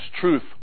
truth